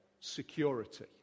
security